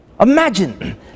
Imagine